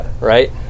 right